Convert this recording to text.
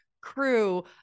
crew